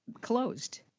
closed